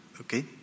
Okay